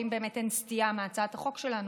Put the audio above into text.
ואם באמת אין סטייה מהצעת החוק שלנו,